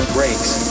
Brakes